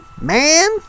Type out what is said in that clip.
man